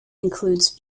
includes